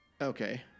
Okay